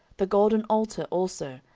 the golden altar also,